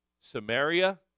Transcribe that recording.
Samaria